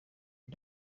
the